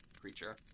creature